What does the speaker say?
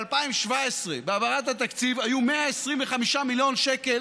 ב-2017 בהעברת התקציב היו 125 מיליון שקל